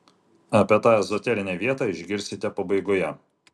apie tą ezoterinę vietą išgirsite pabaigoje